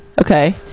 Okay